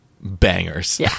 bangers